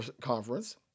Conference